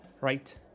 Right